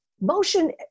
Motion